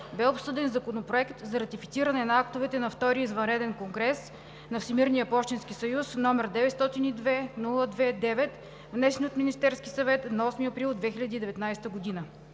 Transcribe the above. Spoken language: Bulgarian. бе обсъден Законопроект за ратифициране на актовете на Втория извънреден конгрес на Всемирния пощенски съюз, № 902-02-9, внесен от Министерския съвет на 08 април 2019 г.